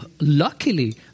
luckily